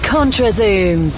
ContraZoom